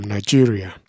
Nigeria